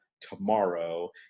tomorrow